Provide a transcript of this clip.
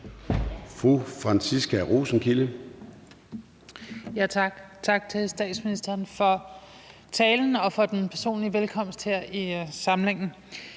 Tak til statsministeren for talen og for den personlige velkomst her i samlingen.